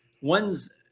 ones